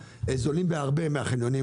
זולים בהרבה מהחניונים